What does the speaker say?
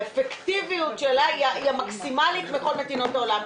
האפקטיביות שלה היא המקסימלית מכל מדינות העולם?